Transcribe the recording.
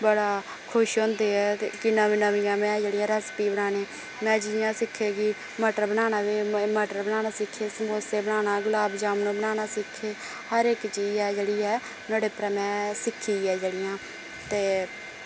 बड़ा खुश होंदे ऐ ते कि नमी नमियां में जेह्ड़ियां रैसपी बनाने में जि'यां सिक्खे कि मटर बनाना बी मटर बनाना सिक्खे समोसे बनाना गुलाब जामनु बनाना सिक्खे हर इक चीज ऐ जेह्ड़ी ऐ नोह्ड़े उप्पर में सिक्खी ऐ जेह्ड़ियां ते